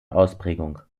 ausprägung